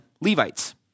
Levites